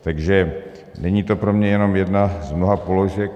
Takže není to pro mě jenom jedna z mnoha položek.